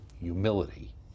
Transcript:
humility